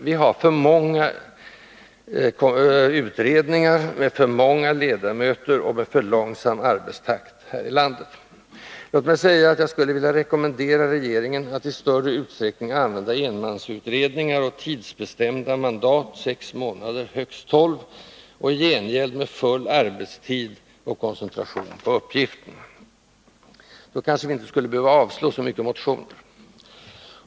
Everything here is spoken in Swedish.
Vi har för många utredningar, vi har för många ledamöter i dem och vi har för långsam arbetstakt här i landet. Låt mig säga att jag skulle vilja rekommendera regeringen att i större utsträckning använda enmansutredningar och tidsbestämda mandat — sex månader, högst tolv — men i gengäld med full arbetstid och koncentration på uppgifterna. Då kanske vi inte skulle behöva avslå så många motioner.